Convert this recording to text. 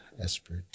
Esprit